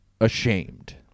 ashamed